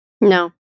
No